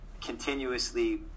continuously